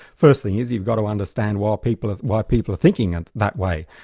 first thing is, you've got to understand why people why people are thinking and that way,